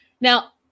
Now